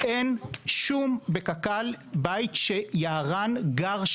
אין בקק"ל שום בית שגר בו יערן,